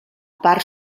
part